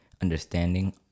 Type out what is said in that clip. understanding